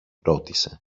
ρώτησε